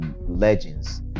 legends